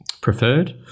preferred